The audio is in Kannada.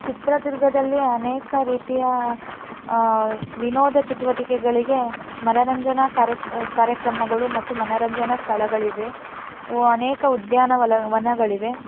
ಚಿತ್ರದುರ್ಗದಲ್ಲಿ ಅನೇಕ ರೀತಿಯ ವಿನೋದ ಚಟುವಟಿಕೆಗಳಿಗೆ ಮನೋರಂಜನ ಕಾರ್ಯ ಕಾರ್ಯಕ್ರಮಗಳು ಮತ್ತು ಮನೋರಂಜನ ಸ್ಥಳಗಳಿವೆ ಅನೇಕ ಉದ್ಯಾನ ವಲ ವನಗಳಿವೆ